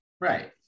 Right